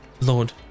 Lord